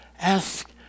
ask